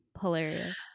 hilarious